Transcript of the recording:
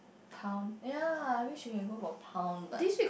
pound ye I mean she can go for pound but